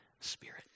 spirit